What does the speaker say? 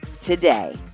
today